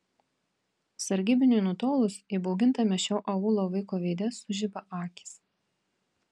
sargybiniui nutolus įbaugintame šio aūlo vaiko veide sužiba akys